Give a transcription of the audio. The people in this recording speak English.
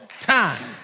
Time